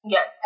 Yes